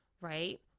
right